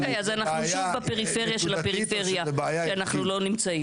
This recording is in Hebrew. אוקיי אז אנחנו שוב בפריפריה של הפריפריה שאנחנו לא נמצאים.